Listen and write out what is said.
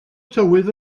tywydd